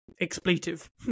expletive